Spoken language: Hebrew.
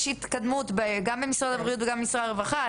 יש כן התקדמות גם במשרד הבריאות וגם במשרד הרווחה.